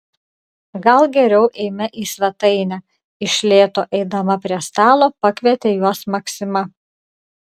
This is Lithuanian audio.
gal geriau eime į svetainę iš lėto eidama prie stalo pakvietė juos maksima